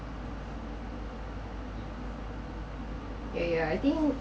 yeah yeah I think